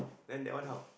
then that one how